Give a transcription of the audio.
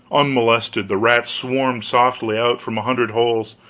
unmolested, the rats swarmed softly out from a hundred holes,